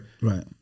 Right